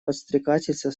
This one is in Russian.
подстрекательства